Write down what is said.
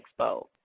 Expo